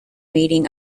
meeting